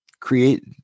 create